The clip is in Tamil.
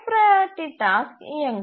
ஹய் ப்ரையாரிட்டி டாஸ்க் இயங்கும்